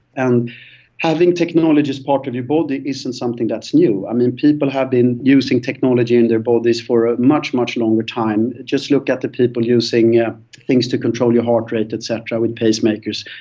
and having technology as part of your body isn't something that's new. i mean, people have been using technology in their bodies for a much, much longer time. just look at the people using yeah things to control your heart rate et cetera, pacemakers.